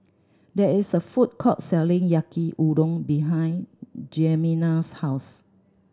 there is a food court selling Yaki Udon behind Jemima's house